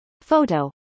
Photo